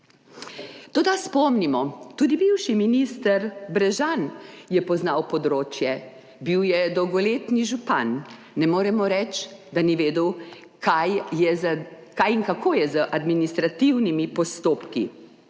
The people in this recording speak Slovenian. toda spomnimo tudi bivši minister Brežan je poznal področje, bil je dolgoletni župan, ne moremo reči, da ni vedel, kaj je za kaj in kako je z administrativnimi postopki,